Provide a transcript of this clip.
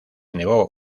negó